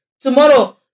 tomorrow